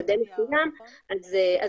מסייעים.